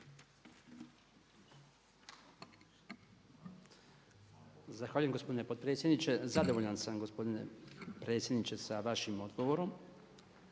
Zahvaljujem gospodine potpredsjedniče. Zadovoljan sam gospodine predsjedniče sa vašim odgovorom